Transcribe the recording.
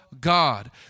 God